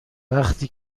وقتی